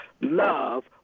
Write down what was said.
love